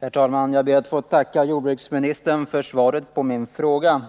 Herr talman! Jag ber att få tacka jordbruksministern för svaret på min fråga.